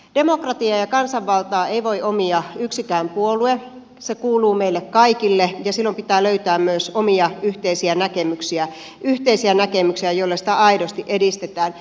demokratiaa ja kansanvaltaa ei voi omia yksikään puolue se kuuluu meille kaikille ja silloin pitää löytää myös omia yhteisiä näkemyksiä sellaisia yhteisiä näkemyksiä joilla sitä aidosti edistetään